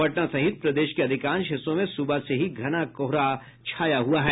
पटना सहित प्रदेश के अधिकांश हिस्सों में सुबह से ही घना कोहरा छाया हुआ है